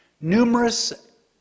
numerous